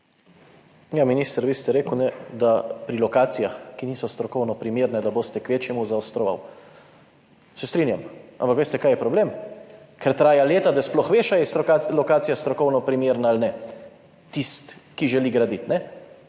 Minister, vi ste rekli, da boste pri lokacijah, ki niso strokovno primerne, kvečjemu zaostrovali. Se strinjam, ampak veste, kaj je problem? Ker traja leta, da sploh veš, ali je lokacija strokovno primerna ali ne, tisti, ki želi graditi. To